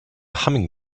humming